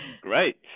Great